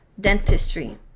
dentistry